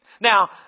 Now